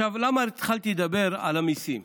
למה התחלתי לדבר על המיסים?